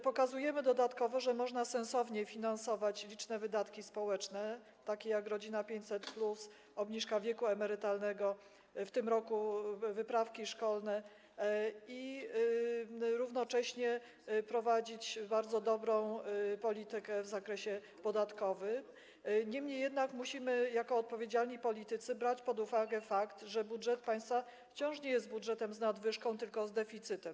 Pokazujemy dodatkowo, że można sensownie finansować liczne wydatki społeczne, takie jak „Rodzina 500+”, obniżka wieku emerytalnego, w tym roku wyprawki szkolne, i równocześnie prowadzić bardzo dobrą politykę w zakresie podatkowym, niemniej jednak musimy jako odpowiedzialni politycy brać pod uwagę fakt, że budżet państwa wciąż jest budżetem nie z nadwyżką, tylko z deficytem.